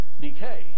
decay